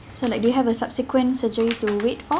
so like do you have a subsequent surgery to wait for